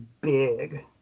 big